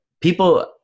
people